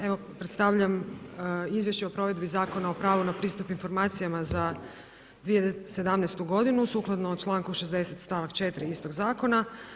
Evo predstavljam Izvješće o provedbi Zakona o pravu na pristup informacijama za 2017. sukladno članku 60. stavak 4. istog zakona.